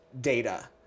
data